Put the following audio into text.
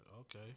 okay